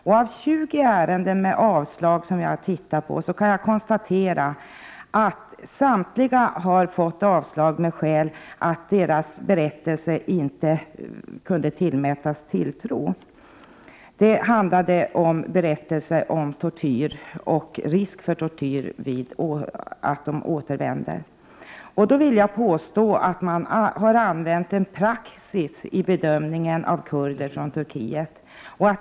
Jag har tagit del av 20 ansökningar som avslagits och kunnat konstatera att samtliga asylsökande fått avslag med motiveringen att deras berättelser inte kunde tillmätas tilltro. Det handlade om berättelser om tortyr och risk för tortyr vid återvändande. Jag vill påstå att man har använt en praxis när det gäller bedömningen av kurder från Turkiet.